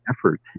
effort